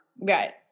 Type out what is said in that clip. Right